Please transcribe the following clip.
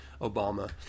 Obama